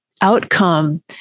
outcome